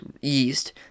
yeast